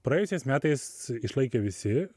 praėjusiais metais išlaikė visi